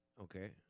okay